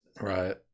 Right